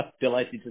Delighted